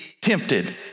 tempted